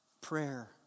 Prayer